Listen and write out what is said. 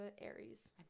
Aries